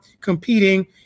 competing